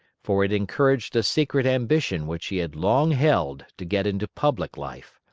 for it encouraged a secret ambition which he had long held to get into public life.